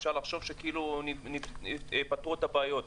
אפשר לחשוב שפתרו את הבעיות,